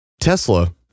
Tesla